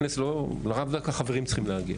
לאו דווקא חברים צריכים להגיע,